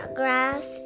grass